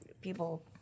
people